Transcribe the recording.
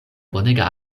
bonega